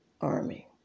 army